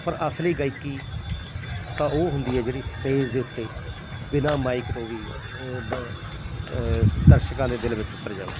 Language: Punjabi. ਪਰ ਅਸਲੀ ਗਾਇਕੀ ਤਾਂ ਉਹ ਹੁੰਦੀ ਹੈ ਜਿਹੜੀ ਸਟੇਜ ਦੇ ਉੱਤੇ ਬਿਨਾਂ ਮਾਈਕ ਤੋਂ ਵੀ ਦਰਸ਼ਕਾਂ ਦੇ ਦਿਲ ਵਿੱਚ ਉਤਰ ਜਾਵੇ